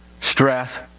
stress